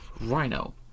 Rhino